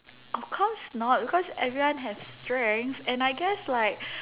of course not because everyone has strengths and I guess like